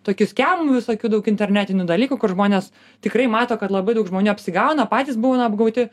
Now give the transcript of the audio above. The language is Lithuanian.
tokių skemų visokių daug internetinių dalykų kur žmonės tikrai mato kad labai daug žmonių apsigauna patys būna apgauti